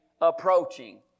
approaching